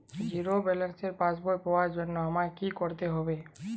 Zero ব্যালেন্সের passbook পাওয়ার জন্য আমায় কী করতে হবে?